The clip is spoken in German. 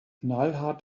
knallhart